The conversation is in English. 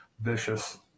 vicious